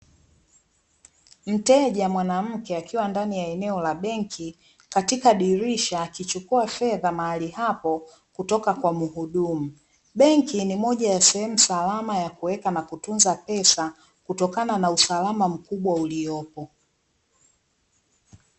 Mteja mwanamke akiwa ndani ya eneo la benki katika dirisha akichukua fedha mahali hapo kutoka kwa mhudumu. Benki ni moja ya sehemu salama ya kuweka na kutunza pesa kutokana na usalama mkubwa uliopo.